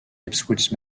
ipswich